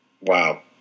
Wow